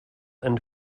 and